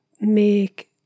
make